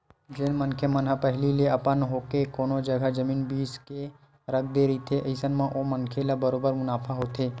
जेन मनखे मन ह पहिली ले अपन होके कोनो जघा जमीन बिसा के रख दे रहिथे अइसन म ओ मनखे ल बरोबर मुनाफा होथे